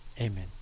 Amen